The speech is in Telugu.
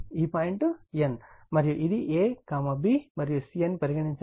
మరియు ఇది a b మరియు c అని పరిగణించండి